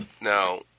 Now